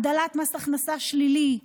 הגדלת מס הכנסה שלילי,